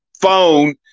phone